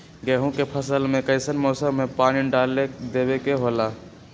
गेहूं के फसल में कइसन मौसम में पानी डालें देबे के होला?